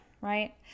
right